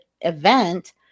event